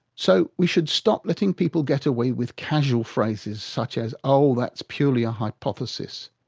so we should stop letting people get away with casual phrases such as oh, that's purely a hypothesis,